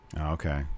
Okay